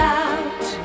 out